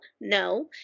No